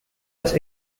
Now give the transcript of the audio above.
las